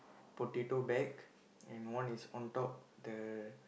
potato bag and one is on top the